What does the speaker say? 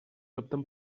opten